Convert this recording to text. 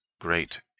great